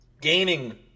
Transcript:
Gaining